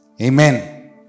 Amen